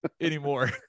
anymore